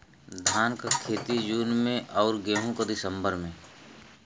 धान क खेती जून में अउर गेहूँ क दिसंबर में?